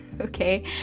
Okay